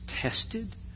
tested